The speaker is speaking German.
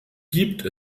gibt